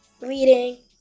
Reading